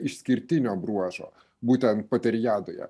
išskirtinio bruožo būtent poteriadoje